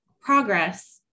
Progress